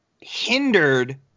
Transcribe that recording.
hindered